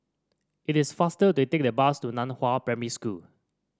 it is faster to take the bus to Nan Hua Primary School